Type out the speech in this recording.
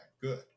good